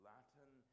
Latin